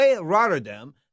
Rotterdam